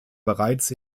bereits